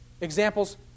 examples